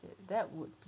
yup